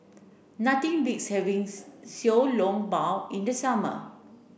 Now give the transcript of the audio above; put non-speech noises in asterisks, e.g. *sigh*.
nothing beats having *unintelligible* Xiao Long Bao in the summer